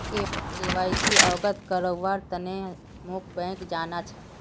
KYC अवगत करव्वार तने मोक बैंक जाना छ